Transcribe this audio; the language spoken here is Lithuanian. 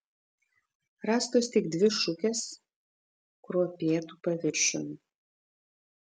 rastos tik dvi šukės kruopėtu paviršiumi